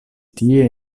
tie